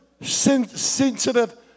sensitive